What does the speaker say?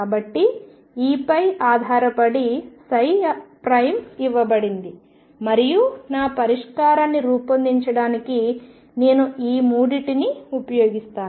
కాబట్టి Eపై ఆధారపడి ఇవ్వబడింది మరియు నా పరిష్కారాన్ని రూపొందించడానికి నేను ఈ మూడిటిని ఉపయోగిస్తాను